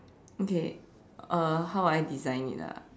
okay uh how would I design it ah